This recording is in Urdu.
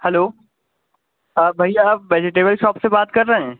ہلو ہاں بھیا آپ ویجٹیبل شاپ سے بات کر رہے ہیں